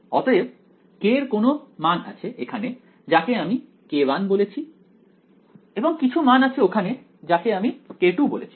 অতএব k এর কোনও মান আছে এখানে যাকে আমি k1 বলেছি এবং কিছু মান আছে ওখানে যাকে আমি k2 বলেছি